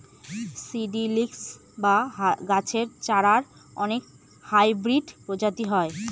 seedlings বা গাছের চারার অনেক হাইব্রিড প্রজাতি হয়